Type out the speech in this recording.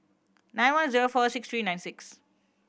nine one zero four six three nine six